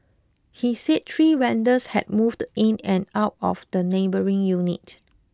he said three vendors had moved in and out of the neighbouring unit